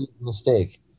mistake